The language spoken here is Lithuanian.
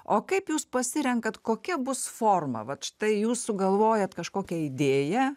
o kaip jūs pasirenkat kokia bus forma vat štai jūs sugalvojat kažkokią idėją